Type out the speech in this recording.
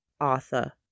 Arthur